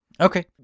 Okay